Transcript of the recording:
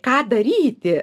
ką daryti